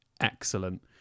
excellent